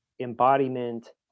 embodiment